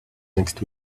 next